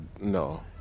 no